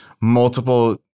multiple